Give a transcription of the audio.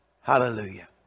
Hallelujah